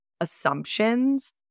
assumptions